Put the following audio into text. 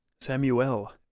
Samuel